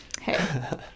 Hey